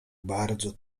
bardzo